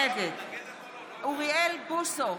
נגד אוריאל בוסו,